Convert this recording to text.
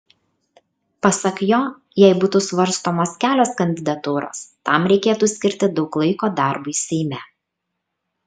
pasak jo jei būtų svarstomos kelios kandidatūros tam reikėtų skirti daug laiko darbui seime